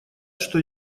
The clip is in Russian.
что